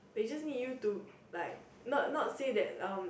they just need you to like not not say that um